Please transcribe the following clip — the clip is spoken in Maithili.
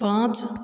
पाँच